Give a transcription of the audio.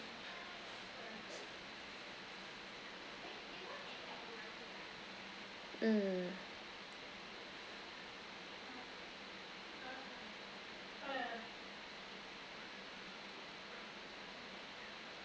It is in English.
mm